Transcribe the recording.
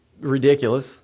ridiculous